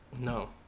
No